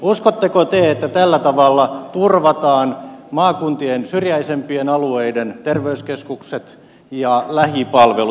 uskotteko te että tällä tavalla turvataan maakuntien syrjäisempien alueiden terveyskeskukset ja lähipalvelut